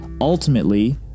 Ultimately